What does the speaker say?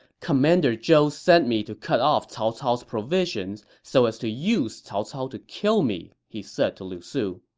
commander zhou sent me to cut off cao cao's provisions so as to use cao cao to kill me, he said to lu su.